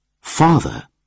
Father